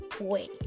wait